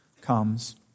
comes